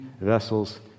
vessels